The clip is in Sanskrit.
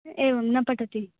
एवं न पठति